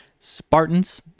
Spartans